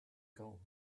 gold